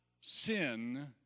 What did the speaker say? sin